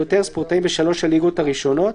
יותר - ספורטאים בשלוש הליגות הראשונות,